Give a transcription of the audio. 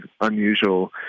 unusual